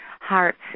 hearts